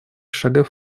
шагах